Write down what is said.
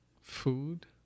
food